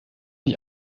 die